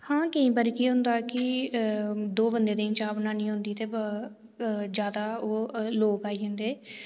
हां केई बारी केह् होंदा कि गै कि दौ बंदे लेई चाह् बनानी होंदी ते ज्यादा लोक आई जंदे